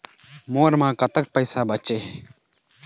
मोर म कतक पैसा बचे हे?